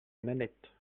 nanette